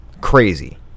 crazy